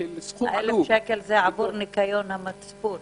אלף שקל זה עבור ניקיון המצפון